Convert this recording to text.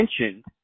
mentioned